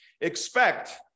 expect